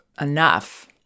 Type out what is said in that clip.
enough